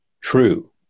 True